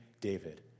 David